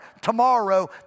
tomorrow